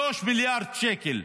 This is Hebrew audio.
3 מיליארד שקל.